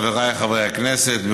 חבריי חברי הכנסת,